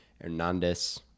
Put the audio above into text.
Hernandez